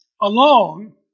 alone